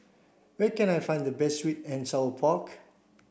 where can I find the best sweet and sour pork